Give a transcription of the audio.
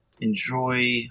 enjoy